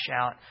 out